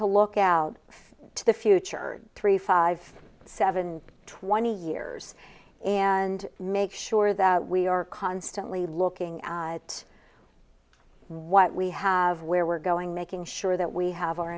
to look out to the future three five seven twenty years and make sure that we are constantly looking at what we have where we're going making sure that we have our